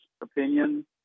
opinion